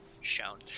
shown